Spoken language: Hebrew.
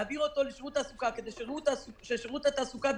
להעביר אותו לשירות התעסוקה כדי ששירות התעסוקה,